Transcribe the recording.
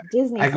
Disney